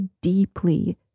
deeply